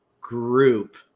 group